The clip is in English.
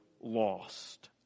lost